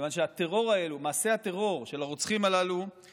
כיוון שמעשי הטרור של הרוצחים הללו הם